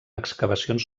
excavacions